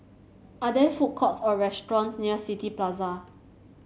are there food courts or restaurants near City Plaza